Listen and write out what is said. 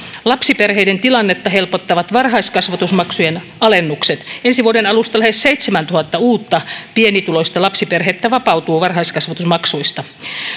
lapsiperheiden tilannetta helpottavat varhaiskasvatusmaksujen alennukset ensi vuoden alusta lähes seitsemäntuhatta uutta pienituloista lapsiperhettä vapautuu varhaiskasvatusmaksuista